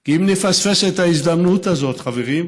כי אם נפספס את ההזדמנות הזאת, חברים,